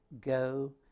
Go